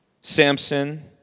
Samson